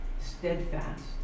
steadfast